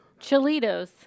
Chilitos